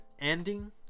ending